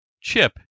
CHIP